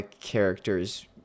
characters